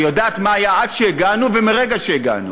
היא יודעת מה היה עד שהגענו ומרגע שהגענו.